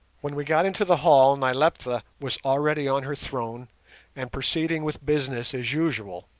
when we got into the hall nyleptha was already on her throne and proceeding with business as usual,